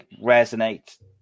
resonate